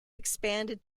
expanded